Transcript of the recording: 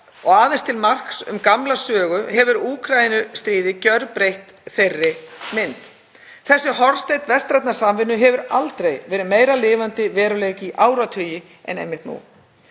og aðeins til marks um gamla sögu, hefur Úkraínustríðið gjörbreytt þeirri mynd. Þessi hornsteinn vestrænnar samvinnu hefur ekki verið meira lifandi veruleiki í áratugi en einmitt nú.